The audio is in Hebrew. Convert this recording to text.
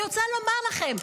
אני רוצה לומר לכם,